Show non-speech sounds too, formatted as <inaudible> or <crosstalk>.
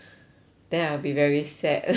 then I'll be very sad <laughs>